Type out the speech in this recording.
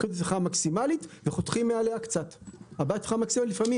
משפט אחרון, אדוני.